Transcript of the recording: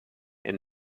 and